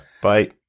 Bye